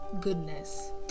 goodness